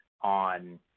on